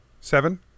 Seven